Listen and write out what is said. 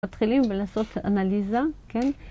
מתחילים לעשות אנליזה, כן?